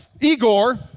Igor